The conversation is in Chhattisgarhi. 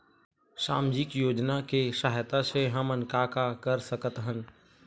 सामजिक योजना के सहायता से हमन का का कर सकत हन?